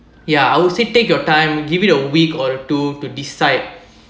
ya I would say take your time give it a week or two to decide